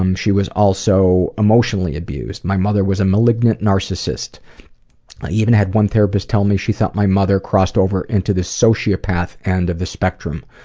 um she was also emotionally abused. my mother was a malignant narcissist. i even had one therapist tell me that she thought my mother crossed over into the sociopath and of the spectrum.